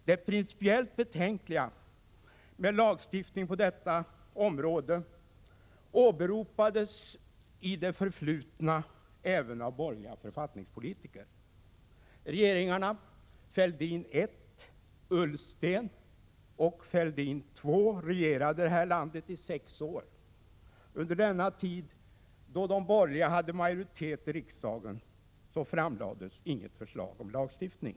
Det principiellt betänkliga med lagstiftning på detta område åberopades i det förflutna även av borgerliga författningspolitiker. Regeringarna Fälldin 1, Ullsten och Fälldin 2 regerade det här landet i sex år. Under denna tid, då de borgerliga alltså hade majoritet i riksdagen, framlades inget förslag om lagstiftning.